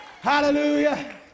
Hallelujah